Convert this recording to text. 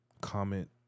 comment